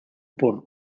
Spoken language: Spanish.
por